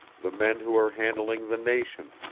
the men who are handling the nation,